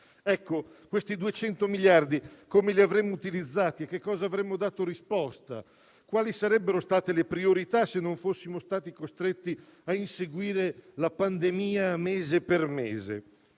Questi 200 miliardi come li avremmo utilizzati? A che cosa avremmo dato risposta? Quali sarebbero state le priorità se non fossimo stati costretti a inseguire la pandemia, mese per mese?